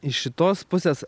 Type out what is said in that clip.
iš šitos pusės